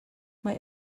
mae